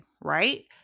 right